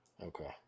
Okay